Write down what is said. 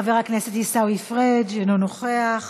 חבר הכנסת עיסאווי פריג' אינו נוכח,